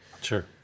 sure